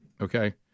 Okay